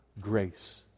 grace